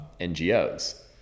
NGOs